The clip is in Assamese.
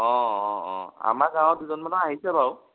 অঁ অঁ অঁ আমাৰ গাঁৱৰ দুজনমানৰ আহিছে বাৰু